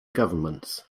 governments